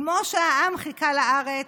כמו שהעם חיכה לארץ,